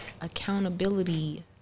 accountability